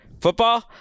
football